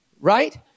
right